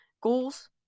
goals